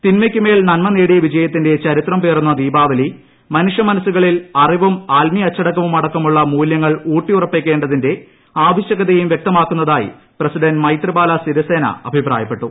തിൻമയ്ക്കുമേൽ നൻമ ചടങ്ങുകളും നേടിയ വിജയത്തിന്റെ ചരിത്രം പേറുന്ന ദീപാവലി മനുഷ്യമനസ്സുകളിൽ അറിവും ആത്മീയ അച്ചടക്കവും അടക്കമുള്ള മൂല്യങ്ങൾ ഊട്ടിയുറപ്പിക്കേണ്ടതിന്റെ ആവശ്യകതയും വൃക്തമാക്കുന്നതായി പ്രസിഡന്റ് മൈത്രിപാല സിരിസേന അഭിപ്രായപ്പെട്ടു